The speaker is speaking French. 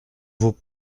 vaut